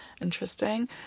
interesting